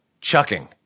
chucking